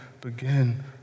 begin